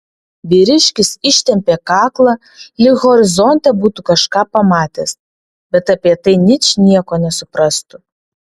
vyriškis ištempė kaklą lyg horizonte būtų kažką pamatęs bet apie tai ničnieko nesuprastų